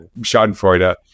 schadenfreude